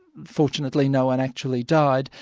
fortunately no-one actually died,